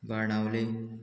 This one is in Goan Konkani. बाणावले